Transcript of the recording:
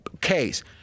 case